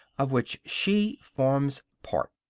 of which she forms part.